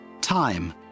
Time